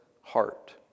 heart